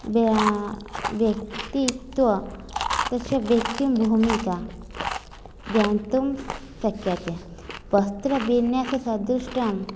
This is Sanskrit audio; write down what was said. व्या व्यक्तित्व तस्य व्यक्तिं भूमिका ज्ञान्तुं शक्यते वस्त्रविन्याससदृशान्